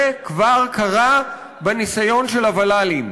זה כבר קרה בניסיון של הוול"לים.